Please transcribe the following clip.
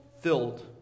Filled